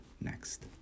next